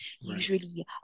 Usually